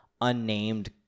unnamed –